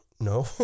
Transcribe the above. No